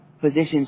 positions